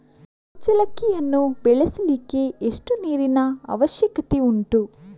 ಕುಚ್ಚಲಕ್ಕಿಯನ್ನು ಬೆಳೆಸಲಿಕ್ಕೆ ಎಷ್ಟು ನೀರಿನ ಅವಶ್ಯಕತೆ ಉಂಟು?